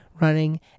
running